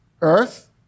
earth